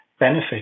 benefit